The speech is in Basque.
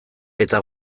eta